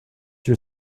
your